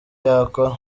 yakora